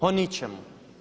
O ničemu.